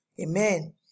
Amen